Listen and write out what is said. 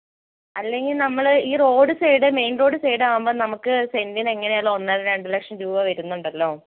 അല്ലെങ്കിൽ നമ്മൾ ഈ റോഡ് സൈഡ് മെയിൻ റോഡ് സൈഡാവുമ്പോൾ നമുക്ക് സെന്റിന് എങ്ങനെയായാലും ഒന്നര രണ്ട് ലക്ഷം രൂപ വരുന്നുണ്ടല്ലോ